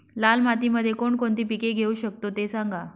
लाल मातीमध्ये कोणकोणती पिके घेऊ शकतो, ते सांगा